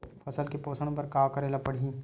फसल के पोषण बर का करेला पढ़ही?